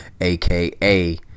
aka